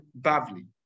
Bavli